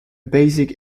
basic